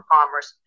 Commerce